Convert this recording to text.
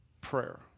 prayer